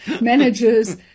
managers